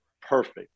perfect